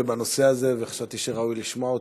ובנושא הזה וחשבתי שראוי לשמוע אותך.